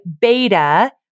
beta